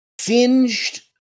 singed